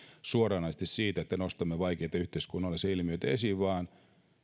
siitä että nostamme vaikeita yhteiskunnallisia ilmiöitä esiin vaan